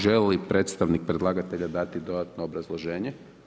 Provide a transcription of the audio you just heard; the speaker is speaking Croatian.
Želi li predstavnik predlagatelja dati dodatno obrazloženje?